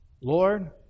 Lord